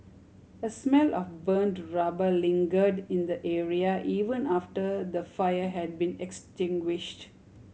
a smell of burnt rubber lingered in the area even after the fire had been extinguished